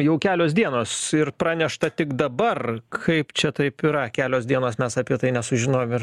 jau kelios dienos ir pranešta tik dabar kaip čia taip yra kelios dienos mes apie tai nesužinojom ir